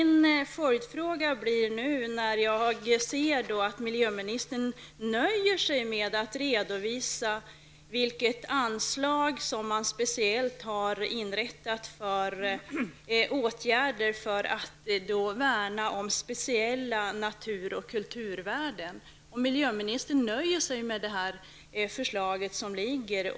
När jag nu ser att miljöministern inskränker sig till att redovisa vilket anslag som man speciellt har inrättat för åtgärder till värnande av speciella naturoch kulturvärden blir min följdfråga: Nöjer sig miljöministern med det förslag som nu föreligger?